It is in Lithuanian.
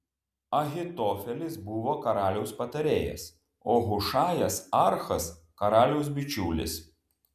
ahitofelis buvo karaliaus patarėjas o hušajas archas karaliaus bičiulis